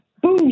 Boom